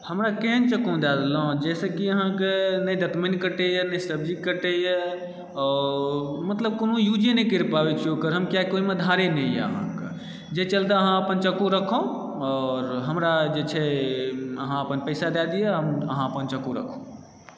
हमरा केहन चक्कू दए देलहुँ जाहिसँ कि अहाँकेँ नहि दतमनि कटैया नहि सब्जी कटैया आओर मतलब कोनो यूजे नहि करि पाबय छी हम किआकि ओहिमे धारे नहि यऽ अहाँकेँ जे चलते अहाँ अपन चक्कू रखुँ आओर हमरा जे छै अहाँ अपन पैसा दए दियै अहाँ अपन चक्कू रखूँ